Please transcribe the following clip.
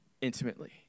Intimately